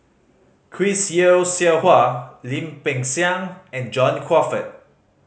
Chris Yeo Siew Hua Lim Peng Siang and John Crawfurd